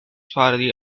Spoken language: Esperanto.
fari